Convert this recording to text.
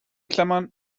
klammern